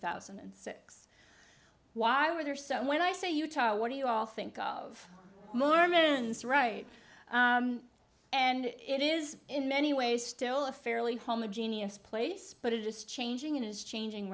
thousand and six why we're there so when i say utah what do you all think of mormons right and it is in many ways still a fairly homogeneous place but it is changing and is changing